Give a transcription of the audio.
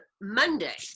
Monday